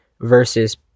versus